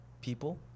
people